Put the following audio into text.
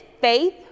faith